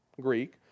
Greek